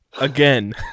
Again